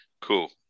cool